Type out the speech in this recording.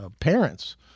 parents